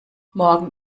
morgen